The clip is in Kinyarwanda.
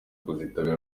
kuzitabira